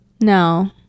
No